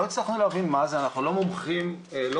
לא הצלחנו להבין מה זה, אנחנו לא מומחים לרכבות.